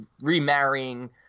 remarrying